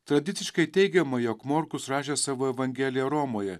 tradiciškai teigiama jog morkus rašė savo evangeliją romoje